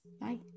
bye